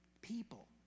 people